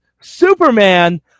Superman